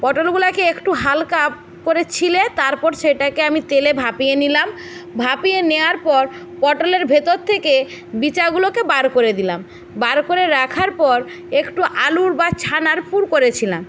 পটলগুলোকে একটু হালকা করে ছিলে তারপর সেটাকে আমি তেলে ভাপিয়ে নিলাম ভাপিয়ে নেওয়ার পর পটলের ভেতর থেকে বিচগুলোকে বার করে দিলাম বার করে রাখার পর একটু আলুর বা ছানার পুর করেছিলাম